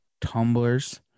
tumblers